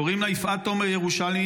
קוראים לה יפעת תומר-ירושלמי,